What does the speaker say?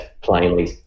plainly